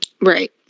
Right